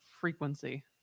frequency